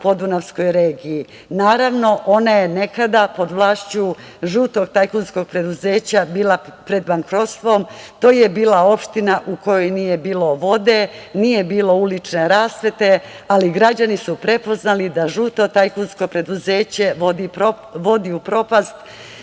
podunavskoj regiji. Naravno ona je nekada pod vlašću žutog tajkunskog preduzeća bila pred bankrotstvom. To je bila opština u kojoj nije bilo vode, nije bilo ulične rasvete, ali građani su prepoznali da žuto tajkunsko preduzeće vodi u propast